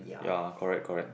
ya correct correct